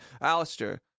alistair